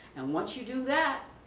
and once you do that,